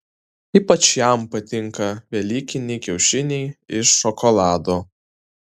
ypač jam patinka velykiniai kiaušiniai iš šokolado